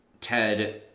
Ted